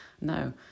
no